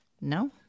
No